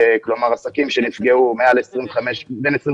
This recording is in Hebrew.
כלומר, עסקים שנפגעו בין 25